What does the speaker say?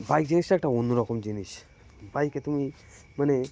bike জিনিসটা একটা অন্য রকম জিনিস বাইকে তুমি মানে